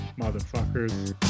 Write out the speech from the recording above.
motherfuckers